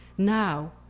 Now